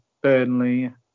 Burnley